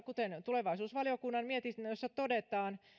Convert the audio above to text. kuten tulevaisuusvaliokunnan mietinnössä todetaan